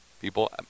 people